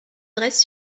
dresse